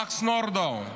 מקס נורדאו,